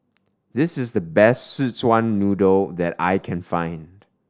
this is the best Szechuan Noodle that I can find